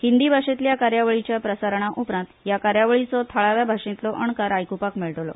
हिंदी भाषेतल्या कार्यावळीच्या प्रसारणा उपरांत ह्या कार्यावळीचो थळाव्या भाषेतलो अणकार आयक्पाक मेळटलो